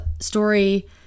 story